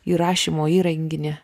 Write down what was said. įrašymo įrenginį